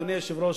אדוני היושב-ראש,